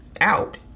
out